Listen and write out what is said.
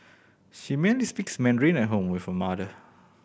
she mainly speaks Mandarin at home with her mother